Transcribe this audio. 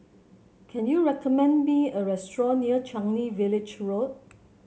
can you recommend me a restaurant near Changi Village Road